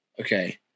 Okay